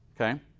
okay